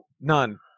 none